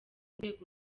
rwego